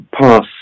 pass